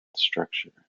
structure